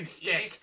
stick